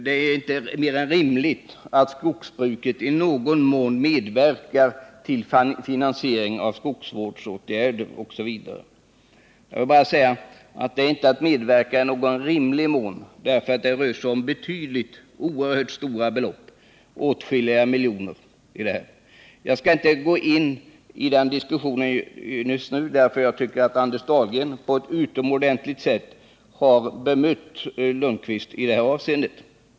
Det är inte mer än rimligt att skogsbruket i någon mån medverkar till finansieringen av skogsvårdsåtgärder, osv. — Det är här inte fråga om att medverka i någon rimlig mån. Det rör sig nämligen om oerhört stora belopp, åtskilliga miljoner. Jag skall inte gå in i den diskussionen just nu. Jag tycker att Anders Dahlgren på ett utomordentligt sätt har bemött Svante Lundkvist i det här avseendet.